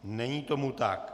Není tomu tak.